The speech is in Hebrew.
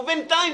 ובינתיים,